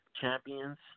champions